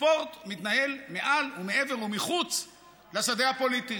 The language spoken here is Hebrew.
ספורט מתנהל מעל ומעבר ומחוץ לשדה הפוליטי,